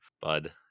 bud